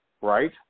Right